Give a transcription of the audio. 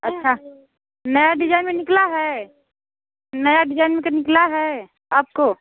अच्छा नया डिजाइन में निकला है नया डिजाइन में का निकला है आपको